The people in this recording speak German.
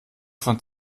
von